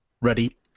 Ready